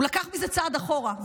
הוא לקח מזה צעד אחורה.